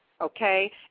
okay